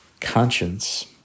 conscience